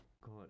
God